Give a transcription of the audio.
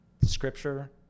Scripture